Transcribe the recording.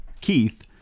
Keith